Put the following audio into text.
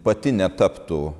pati netaptų